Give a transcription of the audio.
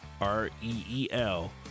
R-E-E-L